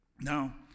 Now